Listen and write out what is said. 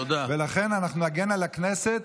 ולכן, אנחנו נגן על הכנסת